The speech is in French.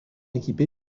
équipé